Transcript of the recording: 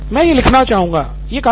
professor मैं यह लिखना चाहूंगा